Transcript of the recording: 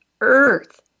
Earth